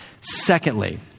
Secondly